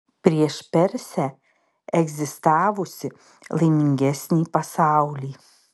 prieš persę egzistavusį laimingesnį pasaulį